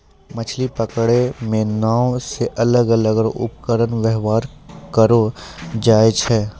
मछली पकड़ै मे नांव से अलग अलग रो उपकरण वेवहार करलो जाय छै